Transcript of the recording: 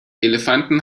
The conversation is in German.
elefanten